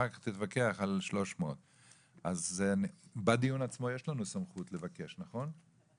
אחר כך תתווכח על 300. אני מבקש